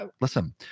listen